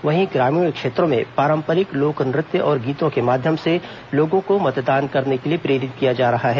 वहीं ग्रामीण क्षेत्रों में पारंपरिक लोक नृत्य और गीतों के माध्यम से लोगों को मतदान करने के लिए प्रेरित किया जा रहा है